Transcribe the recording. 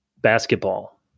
basketball